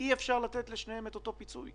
אי אפשר לתת לשניהם את אותו פיצוי,